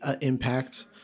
impact